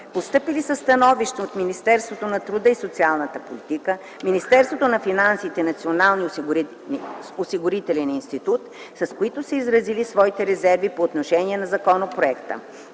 Постъпили са становища от Министерството на труда и социалната политика, Министерството на финансите и Националния осигурителен институт, с които са изразили своите резерви по отношение на законопроекта.